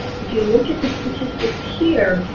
if you look at the statistics here,